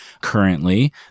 currently